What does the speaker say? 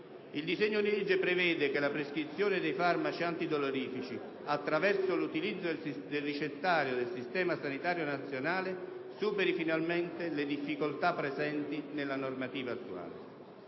Il disegno di legge prevede che la prescrizione di farmaci antidolorifici, attraverso l'utilizzo del ricettario del Servizio sanitario nazionale, superi le difficoltà presenti nella normativa attuale.